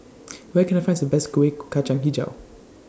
Where Can I Find Some Best Kueh Kacang Hijau